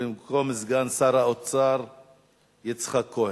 במקום סגן שר האוצר יצחק כהן.